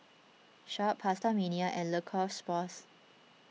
Sharp PastaMania and Le Coq Sportif